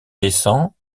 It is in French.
descends